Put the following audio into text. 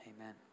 Amen